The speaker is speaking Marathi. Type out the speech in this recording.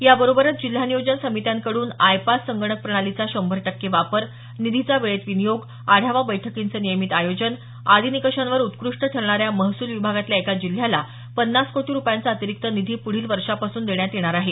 याबरोबरच जिल्हा नियोजन समित्यांकडून आय पास संगणकप्रणालीचा शंभर टक्के वापर निधीचा वेळेत विनियोग आढावा बैठकींचं नियमित आयोजन आदी निकषांवर उत्कृष्ट ठरणाऱ्या महसूल विभागातल्या एका जिल्ह्याला पन्नास कोटी रुपयांचा अतिरिक्त निधी पुढील वर्षापासून देण्यात येणार आहे